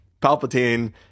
palpatine